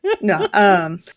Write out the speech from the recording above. No